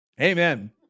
Amen